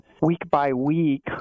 week-by-week